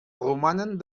romanen